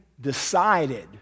decided